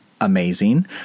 amazing